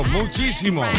muchísimo